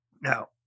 now